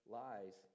lies